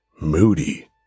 moody